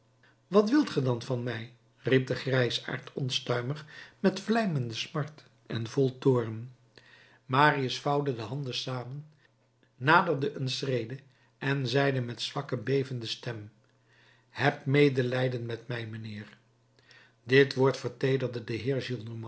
wat wilt ge dan van mij riep de grijsaard onstuimig met vlijmende smart en vol toorn marius vouwde de handen samen naderde een schrede en zeide met zwakke bevende stem heb medelijden met mij mijnheer dit woord verteederde den